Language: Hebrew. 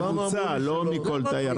מהממוצע, לא מכל תייר אחר.